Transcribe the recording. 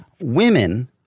Women